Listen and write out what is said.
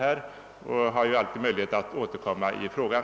Jag har ju möjlighet att återkomma i frågan.